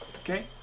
Okay